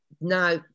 now